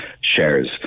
shares